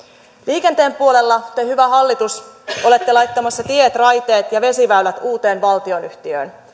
liikenteen puolella te hyvä hallitus olette laittamassa tiet raiteet ja vesiväylät uuteen valtionyhtiöön